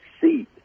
seat